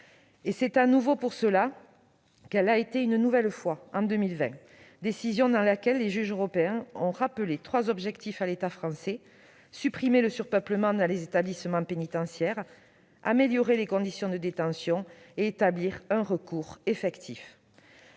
C'est également pour ce motif qu'elle l'a été une nouvelle fois en 2020. Dans cette dernière décision, les juges européens ont rappelé trois objectifs à l'État français : supprimer le surpeuplement dans les établissements pénitentiaires ; améliorer les conditions de détention ; établir un recours effectif.